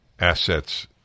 assets